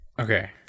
okay